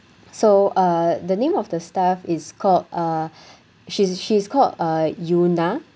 so uh the name of the staff is called uh she's she's called uh yuna